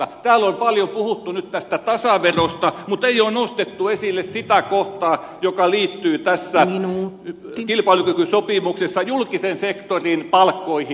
täällä on paljon puhuttu nyt tästä tasaverosta mutta ei ole nostettu esille sitä kohtaa joka liittyy tässä kilpailukykysopimuksessa julkisen sektorin palkkoihin